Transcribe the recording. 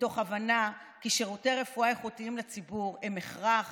מתוך הבנה כי שירותי רפואה איכותיים לציבור הם הכרח